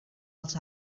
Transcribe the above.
als